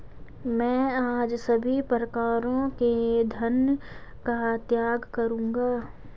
मैं आज सभी प्रकारों के धन का त्याग करूंगा